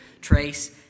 Trace